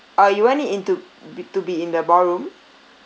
uh you want it in to b~ to be in the ballroom